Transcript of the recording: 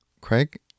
Craig